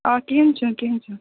آ کیٚنہہ چھُنہٕ کیٚنہہ چھُنہٕ